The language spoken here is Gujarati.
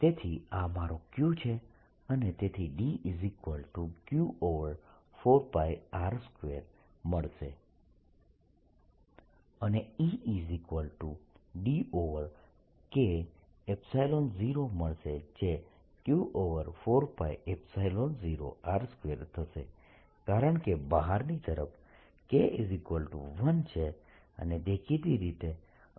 તેથી આ મારો Q છે અને તેથી DQ4πr2 મળશે અને EDK0 મળશે જે Q4π0r2 થશે કારણકે બહારની તરફ K1 છે અને દેખીતી રીતે અહીં દિશા રેડીયલ છે